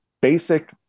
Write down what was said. basic